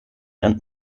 and